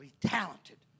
talented